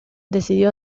decidió